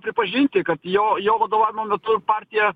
pripažinti kad jo jo vadovavimo metu partija